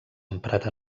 emprat